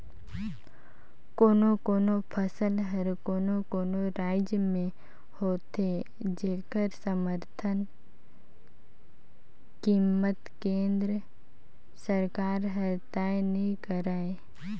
कोनो कोनो फसल हर कोनो कोनो रायज में होथे जेखर समरथन कीमत केंद्र सरकार हर तय नइ करय